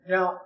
Now